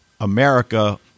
America